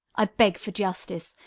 i beg for justice,